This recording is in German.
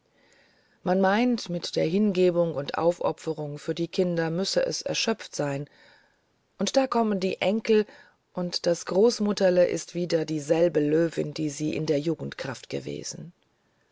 man meint mit der hingebung und aufopferung für die kinder müsse es erschöpft sein und da kommen die enkel und das großmutterle ist wieder dieselbe löwin die sie in der jugendkraft gewesen